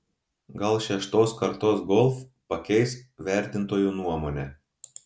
gal šeštos kartos golf pakeis vertintojų nuomonę